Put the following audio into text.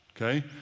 Okay